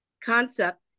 concept